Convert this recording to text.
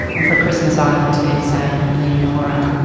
and from christmas island to, say, leonora,